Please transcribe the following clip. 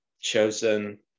chosen